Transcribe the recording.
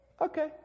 okay